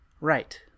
right